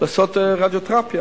לעשות רדיותרפיה